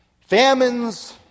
Famines